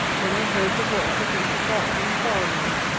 when i heard the voice of mr. falkland calling me.